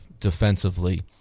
defensively